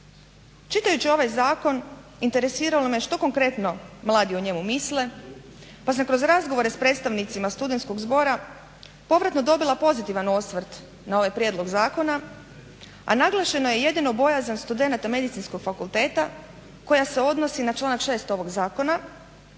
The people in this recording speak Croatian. Čitajući ovaj zakon interesiralo me što konkretno mladi o njemu misle, pa sam kroz razgovore s predstavnicima studentskog zbora povratno dobila pozitivan osvrt na ovaj prijedlog zakona, a naglašena je jedino bojazan studenata Medicinskog fakulteta koja se odnosi na članak 6. ovog zakona,